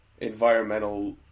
environmental